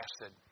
acid